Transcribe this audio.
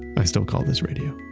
i still call this radio.